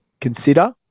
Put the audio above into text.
consider